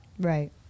Right